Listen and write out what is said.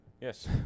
Yes